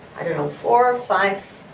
i don't know four or five,